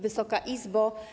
Wysoka Izbo!